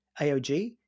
AOG